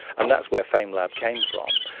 and that's where famelab came from.